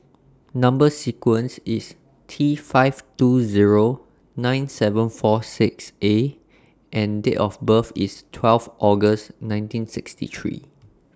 Number sequence IS T five two Zero nine seven four six A and Date of birth IS twelve August nineteen sixty three